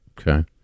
Okay